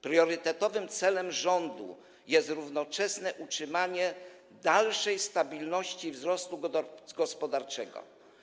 Priorytetowym celem rządu jest równoczesne utrzymanie dalszej stabilności wzrostu gospodarczego.